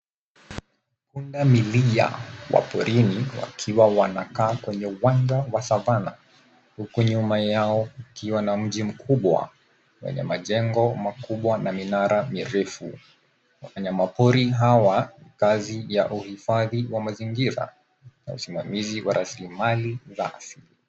Pundamilia wa porini wakiwa wanakaa kwenye uwanja wa savana huku nyuma yao kukiwa na mji mkubwa wenye majengo makubwa na minara mirefu. Wanyamapori hawa kazi ya uhifadhi wa mazingira na usimamizi wa rasilimali za asili.